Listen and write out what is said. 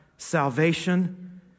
salvation